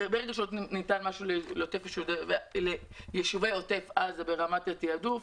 ברגע שניתן משהו ליישובי עוטף עזה מבחינת התעדוף,